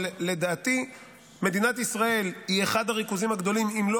אבל לדעתי מדינת ישראל היא אחד הריכוזים הגדולים אם לא